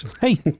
hey